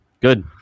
good